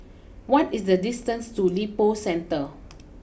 what is the distance to Lippo Centre